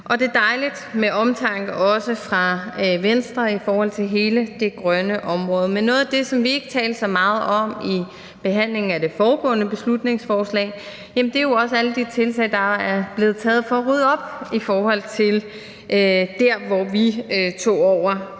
det er dejligt med omtanke også fra Venstre i forhold til hele det grønne område. Men noget af det, som vi ikke talte så meget om i behandlingen af det foregående beslutningsforslag, er jo alle de tiltag, der er blevet gjort for at rydde op i forhold til der, hvor vi tog over.